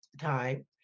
time